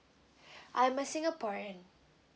I'm a singaporean